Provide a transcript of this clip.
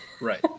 Right